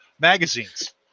magazines